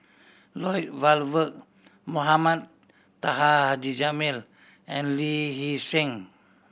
Lloyd Valberg Mohamed Taha Haji Jamil and Lee Hee Seng